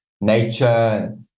nature